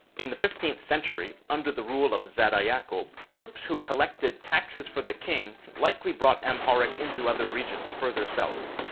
in the fifteenth century, under the rule of zara yaqob, troops who collected taxes for the king likely brought amharic into other regions further south.